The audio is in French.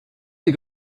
des